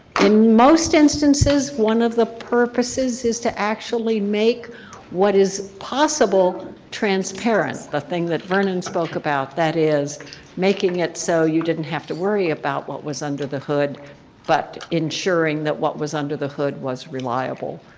in most instances one of the purposes is to actually make what is possible transparent. the thing that vernon spoke about, that is making it so you didn't have to worry about what was under the hood but insuring that what was under the hood was reliable